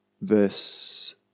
verse